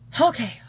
Okay